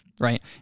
right